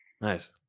nice